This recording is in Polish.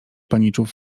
paniczów